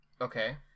Okay